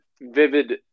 vivid